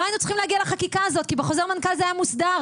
לא היינו צריכים להגיע לחקיקה הזאת כי בחוזר מנכ"ל זה היה מוסדר.